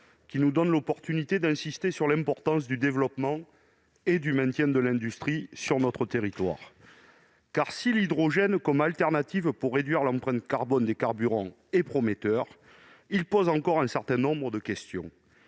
qui nous donne l'occasion d'insister sur l'importance du développement et du maintien de l'industrie sur notre territoire. Si l'hydrogène comme solution de remplacement et comme moyen de réduire l'empreinte carbone des carburants est prometteur, il pose encore un certain nombre de questions.